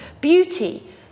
beauty